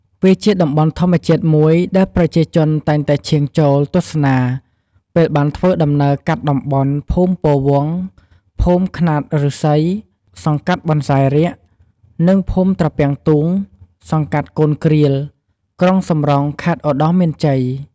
វាជាតំបន់ធម្មជាតិមួយដែលប្រជាជនតែងតែឈៀងចូលទស្សនាពេលបានធ្វើដំណើរកាត់តំបន់ ភូមិពោធិ៍វង្ស ភូមិខ្នាតឫស្សី សង្កាត់បន្សាយរាក និងភូមិត្រពាំងទូង សង្កាត់កូនគ្រៀល ក្រុងសំរោង ខេត្តឧត្តរមានជ័យ។